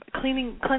cleaning